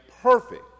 perfect